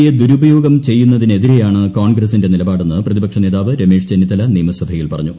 A ദുരുപയോഗം ചെയ്യുന്നതിനെതിരെയാണ് കോൺഗ്രസ്സിന്റെ നിലപാടെന്ന് പ്രതിപക്ഷ നേതാവ് രമേശ് ചെന്നിത്തല നിയമസഭയിൽ പറഞ്ഞു